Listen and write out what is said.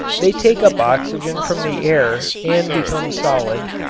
they take up oxygen from the air and become solid,